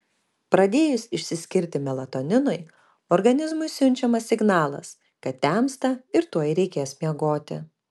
pradėjus išsiskirti melatoninui organizmui siunčiamas signalas kad temsta ir tuoj reikės miegoti